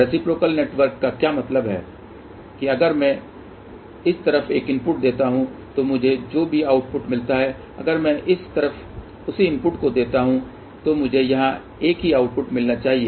reciprocal network का क्या मतलब है कि अगर मैं इस तरफ एक इनपुट देता हूं तो मुझे जो भी आउटपुट मिलता है अगर मैं इस तरफ उसी इनपुट को देता हूं तो मुझे यहां एक ही आउटपुट मिलना चाहिए